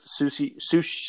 sushi